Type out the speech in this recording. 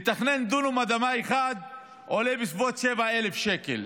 לתכנן דונם אדמה אחד עולה בסביבות 7,000 שקל,